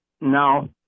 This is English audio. now